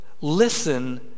listen